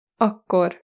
Akkor